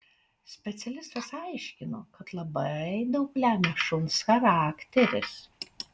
specialistas aiškino kad labai daug lemia šuns charakteris